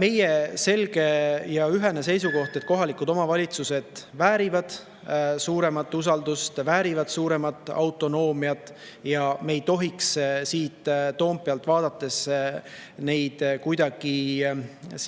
Meie selge ja ühene seisukoht on, et kohalikud omavalitsused väärivad suuremat usaldust, väärivad suuremat autonoomiat. Me ei tohiks siit Toompealt vaadates neid kuidagi